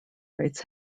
rates